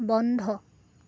বন্ধ